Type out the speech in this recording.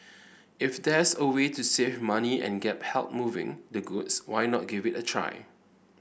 if there's a way to save money and get help moving the goods why not give it a try